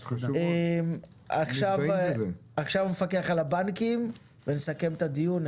עכשיו המפקח על הבנקים ונסכם את הדיון.